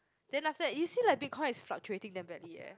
then after that you see like Bitcoin is fluctuating that badly leh